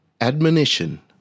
admonition